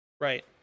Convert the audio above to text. Right